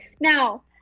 Now